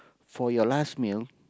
for your last meal